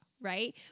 right